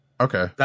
Okay